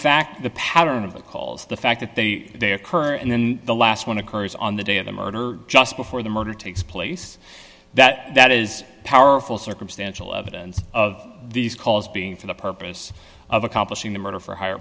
fact the pattern of the calls the fact that they they occur and then the last one occurs on the day of the murder just before the murder takes place that is powerful circumstantial evidence of these calls being for the purpose of accomplishing the murder for hi